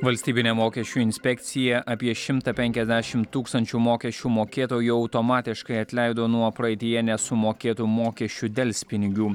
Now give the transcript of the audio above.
valstybinė mokesčių inspekcija apie šimtą penkiasdešim tūkstančių mokesčių mokėtojų automatiškai atleido nuo praeityje nesumokėtų mokesčių delspinigių